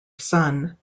sun